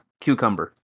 cucumber